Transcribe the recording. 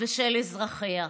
ושל אזרחיה.